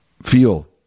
feel